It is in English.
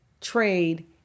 trade